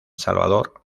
salvador